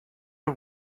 are